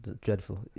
dreadful